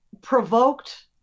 provoked